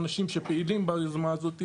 האנשים שפעילים ביוזמה הזאת,